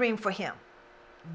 dream for him